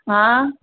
हा